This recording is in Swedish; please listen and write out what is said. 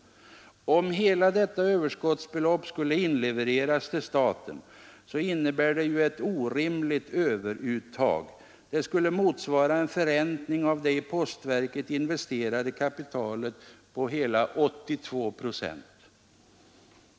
Om hela detta överskottsbelopp skall inlevereras till staten innebär det ju ett orimligt överuttag. Det skulle motsvara en förräntning av det i postverket investerade kapitalet på hela 82 procent.